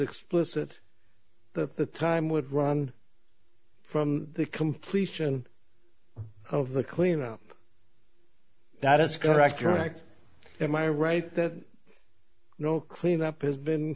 explicit that the time would run from the completion of the cleanup that is correct correct in my right that no cleanup has been